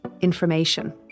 information